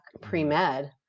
pre-med